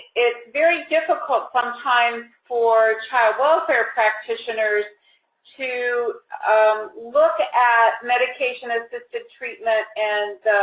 it's very difficult sometimes for child welfare practitioners to um look at medication-assisted treatment and the,